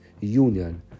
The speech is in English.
union